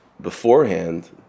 beforehand